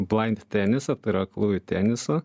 blaind tenisą tai yra aklųjų tenisą